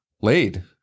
laid